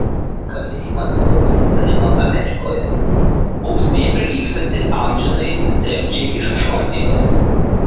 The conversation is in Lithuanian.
kalėjimas pagal susitarimą amerikoje bausmė prilygstanti amžinai tremčiai iš škotijos